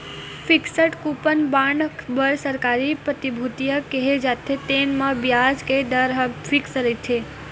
fixed coupon bond बर सरकारी प्रतिभूतिया केहे जाथे, तेन म बियाज के दर ह फिक्स रहिथे